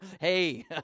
hey